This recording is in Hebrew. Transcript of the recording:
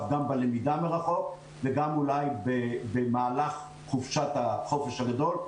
גם בלמידה מרחוק וגם אולי במהלך החופש הגדול,